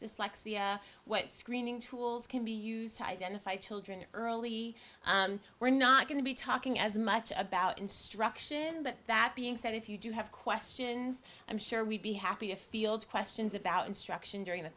dyslexia what screening tools can be used to identify children early we're not going to be talking as so much about instruction but that being said if you do have questions i'm sure we'd be happy to field questions about instruction during the